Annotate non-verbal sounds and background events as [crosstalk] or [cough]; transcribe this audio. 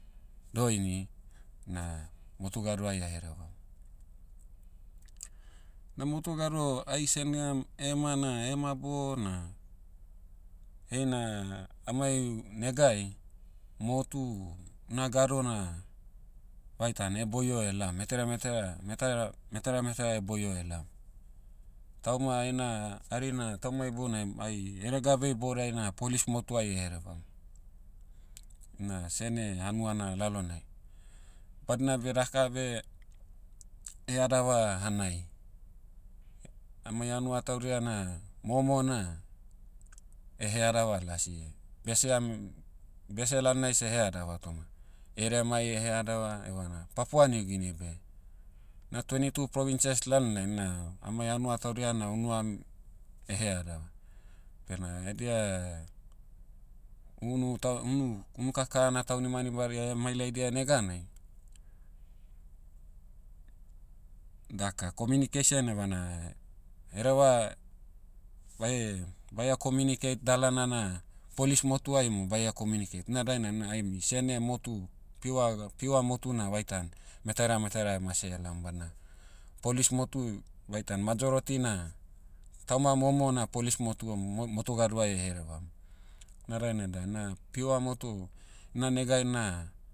Doini, na, motu gadoai aherevam. Na motu gado ai seneam ema na ema bona, heina, amai negai, motu, na gado na, vaitan [hesitation] boio elaom. Metere metere- metaira- metaira metaira [hesitation] boio elaom. Tauma aina, hari na tauma ibounai mai eregabe iboudai na polis motuai [hesitation] herevam. Na sene hanuana lalonai. Badna beh daka beh, headava hanai. Amai hanua taudia na, momo na, [hesitation] headava lasi. Beseam- bese lalonai seh headava toma, eremai [hesitation] headava evana papua niugini beh, na twenty two provinces lalnai na, amai hanua taudia na unuam, [hesitation] headava. Bena edia, unu ta- unu- unuka kana taunimanimadia [hesitation] mailaidia neganai, daka communication evana, hereva, bae- baia communicate dalana na, polis motuai mo baia communicate na dainai na aimi- sene motu, pure ga- pure motu na vaitan, metaira metaira emase elaom badna, polis motu, vaitan majority na, tauma momo na polis motuam mo- motu gadoai [hesitation] herevam. Na dainai da na pure motu, na negai na,